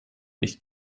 nicht